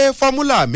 formula